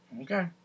Okay